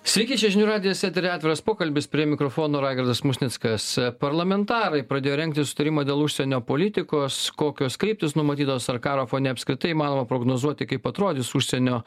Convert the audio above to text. sveiki čia žinių radijas eteryje atviras pokalbis prie mikrofono raigardas musnickas parlamentarai pradėjo rengti sutarimą dėl užsienio politikos kokios kryptys numatytos ar karo fone apskritai įmanoma prognozuoti kaip atrodys užsienio